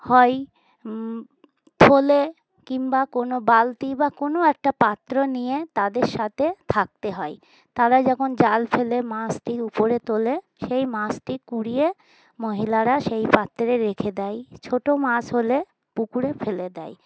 হয় থলে কিংবা কোনো বালতি বা কোনো একটা পাত্র নিয়ে তাদের সাথে থাকতে হয় তারা যখন জাল ফেলে মাছটি উপরে তোলে সেই মাছটি কুড়িয়ে মহিলারা সেই পাত্রে রেখে দেয় ছোটো মাছ হলে পুকুরে ফেলে দেয়